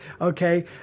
Okay